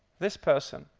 this person,